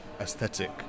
aesthetic